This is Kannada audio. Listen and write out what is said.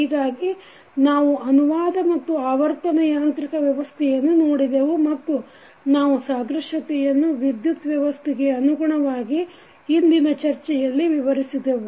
ಹೀಗಾಗಿ ನಾವು ಅನುವಾದ ಮತ್ತು ಆವರ್ತನ ಯಾಂತ್ರಿಕ ವ್ಯವಸ್ಥೆಯನ್ನು ನೋಡಿದೆವು ಮತ್ತು ನಾವು ಸಾದೃಶ್ಯತೆಯನ್ನು ವಿದ್ಯುತ್ ವ್ಯವಸ್ಥೆಗೆ ಅನುಗುಣವಾಗಿ ಇಂದಿನ ಚರ್ಚೆಯಲ್ಲಿ ವಿವರಿಸಿದೆವು